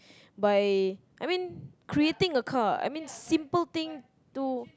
by I mean creating a car I mean simple thing to